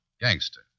gangster